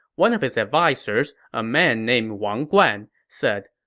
one of his advisers, a man named wang guan, said,